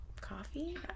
coffee